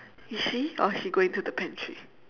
is she or she going to the pantry